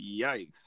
Yikes